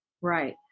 Right